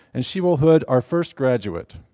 and she will hood our first graduate,